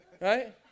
Right